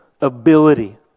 ability